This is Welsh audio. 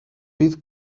bydd